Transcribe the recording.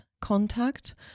contact